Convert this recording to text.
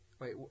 wait